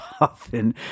often